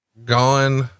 Gone